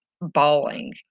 bawling